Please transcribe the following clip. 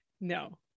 No